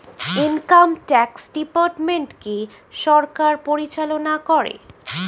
income tax ডিপার্টমেন্টকে সরকার পরিচালনা করে